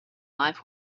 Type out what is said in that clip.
life